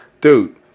Dude